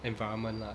environment lah